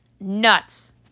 nuts